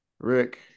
Rick